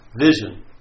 vision